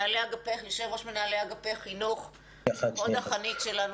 יושב-ראש מנהלי אגפי החינוך, חוד החנית שלנו.